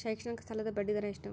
ಶೈಕ್ಷಣಿಕ ಸಾಲದ ಬಡ್ಡಿ ದರ ಎಷ್ಟು?